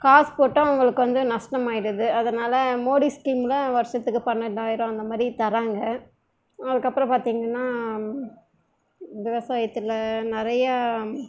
காசு போட்டால் அவங்களுக்கு வந்து நஷ்டமாகிடுது அதனால் மோடி ஸ்கீமில் வருஷத்துக்கு பன்னெண்டாயரம் அந்தமாதிரி தராங்க அதுக்கப்புறம் பார்த்திங்கன்னா விவசாயத்தில் நிறையா